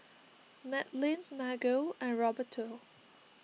Madlyn Margo and Roberto